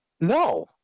No